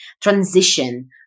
transition